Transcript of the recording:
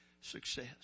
success